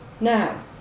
Now